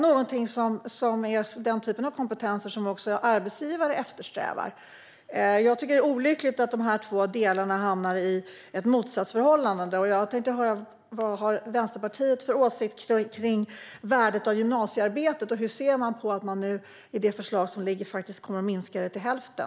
Det är den typ av kompetens som också arbetsgivare efterfrågar. Jag tycker att det är olyckligt att de två delarna hamnar i ett motsatsförhållande. Vad har Vänsterpartiet för åsikter om värdet av gymnasiearbetet? Hur ser Vänsterpartiet på att man i det förslag som föreligger faktiskt kommer att minska detta till hälften?